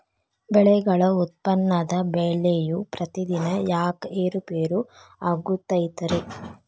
ಬೆಳೆಗಳ ಉತ್ಪನ್ನದ ಬೆಲೆಯು ಪ್ರತಿದಿನ ಯಾಕ ಏರು ಪೇರು ಆಗುತ್ತೈತರೇ?